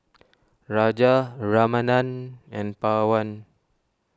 Raja Ramanand and Pawan